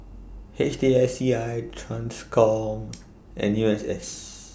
H T S C I TRANSCOM and U S S